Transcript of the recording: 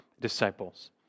disciples